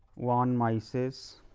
von mises